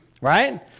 right